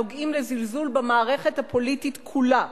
הנוגעים בזלזול במערכת הפוליטית כולה.